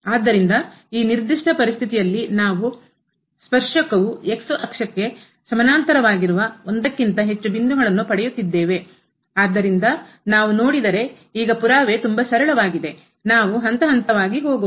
ಆದ್ದರಿಂದ ಈ ನಿರ್ದಿಷ್ಟ ಪರಿಸ್ಥಿತಿಯಲ್ಲಿ ನಾವು ಸ್ಪರ್ಶಕವು ಸಮಾನಾಂತರವಾಗಿರುವ ಒಂದಕ್ಕಿಂತ ಹೆಚ್ಚು ಬಿಂದುಗಳನ್ನು ಪಡೆಯುತ್ತಿದ್ದೇವೆ ಆದ್ದರಿಂದ ನಾವು ನೋಡಿದರೆ ಈಗ ಪುರಾವೆ ತುಂಬಾ ಸರಳವಾಗಿದೆ ನಾವು ಹಂತ ಹಂತವಾಗಿ ಹೋಗೋಣ